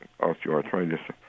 osteoarthritis